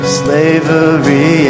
slavery